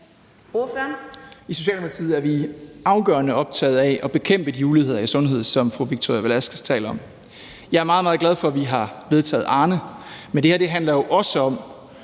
I Socialdemokratiet er vi afgørende optaget af at bekæmpe de uligheder i sundhed, som fru Victoria Velasquez taler om. Jeg er meget, meget glad for, at vi har vedtaget Arnepensionen, men det her handler jo også om,